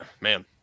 man